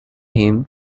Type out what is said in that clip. him